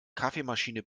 kaffeemaschine